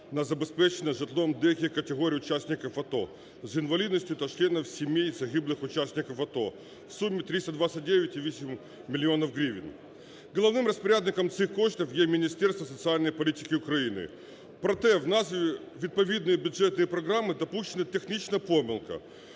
на забезпечення житлом деяких категорій учасників АТО з інвалідністю та членів сімей загиблих учасників АТО в сумі 329,8 мільйона гривень. Головним розпорядником цих коштів є Міністерство соціальної політики України. Проте в назві відповідної бюджетної програми допущена технічна помилка.